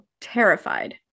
terrified